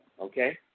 okay